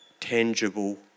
tangible